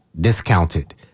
discounted